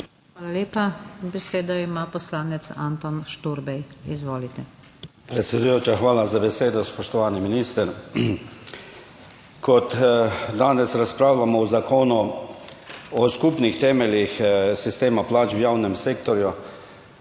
Hvala lepa. Besedo ima poslanec Anton Šturbej, izvolite. ANTON ŠTURBEJ (PS SDS): Predsedujoča, hvala za besedo, spoštovani minister. Kot danes razpravljamo o Zakonu o skupnih temeljih sistema plač v javnem sektorju,